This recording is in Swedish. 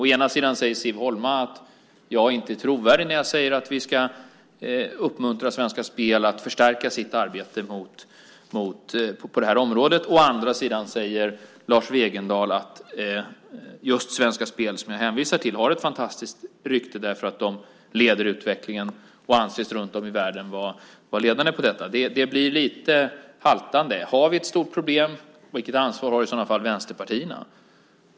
Å ena sidan säger Siv Holma att jag inte är trovärdig när jag säger att vi ska uppmuntra Svenska Spel att förstärka sitt arbete på det här området. Å andra sidan säger Lars Wegendal att just Svenska Spel som jag hänvisar till har ett fantastiskt rykte därför att de leder utvecklingen och runtom i världen anses vara ledande på detta område. Det blir lite haltande. Har vi ett stort problem? Vilket ansvar har i så fall vänsterpartierna?